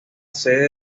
sede